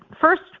first